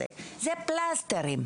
וארבע ערי המטרופולין,